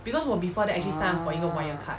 orh